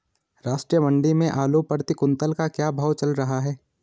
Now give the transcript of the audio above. राष्ट्रीय मंडी में आलू प्रति कुन्तल का क्या भाव चल रहा है?